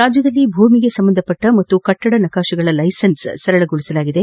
ರಾಜ್ಯದಲ್ಲಿ ಭೂಮಿಗೆ ಸಂಬಂಧಿಸಿದ ಮತ್ತು ಕಟ್ಟಡ ನಕ್ಷೆಗಳ ಲೈಸೆನ್ಸ್ ಸರಳಗೊಳಿಸಲಾಗಿದೆ